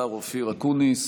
השר אופיר אקוניס,